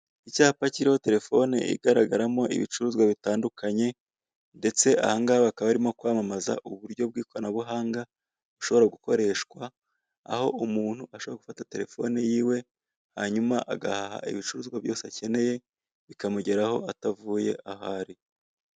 Icyapa kiriho telefone igaragaramo ibicuruzwa bitandukanye, ndetse ahangaha bakaba bari kwamamaza uburyo bw'ikoranabuhanga bushobora gukoreshwa, aho umuntu ashobora gufata telefone yiwe, hanyuma, agahaha ibicuruzwa byose akeneye, bikamugera ho atavuye aho ari.